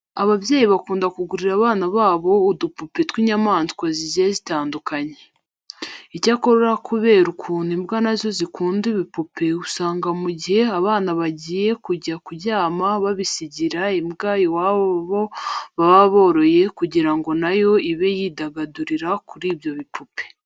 Ababyeyi bakunda kugurira abana babo udupupe tw'inyamaswa zigiye zitandukanye. Icyakora kubera ukuntu n'imbwa na zo zikunda ibipupe usanga mu gihe abana bagiye kujya kuryama babisigira imbwa iwabo baba boroye kugira ngo na yo ibe yidagadurira kuri byo bipupe.